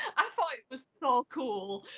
i thought it was so cool.